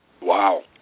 Wow